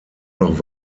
noch